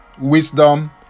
wisdom